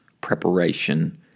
preparation